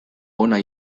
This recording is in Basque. ona